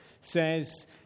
says